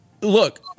Look